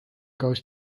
goes